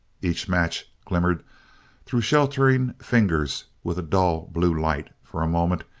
each match glimmered through sheltering fingers with dull blue light, for a moment,